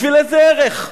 בשביל איזה ערך?